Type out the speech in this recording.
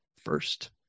first